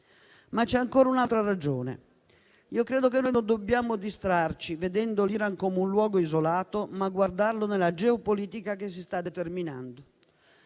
C'è ancora un'altra ragione: non dobbiamo distrarci vedendo l'Iran come un luogo isolato, ma dobbiamo guardarlo nella geopolitica che si sta determinando.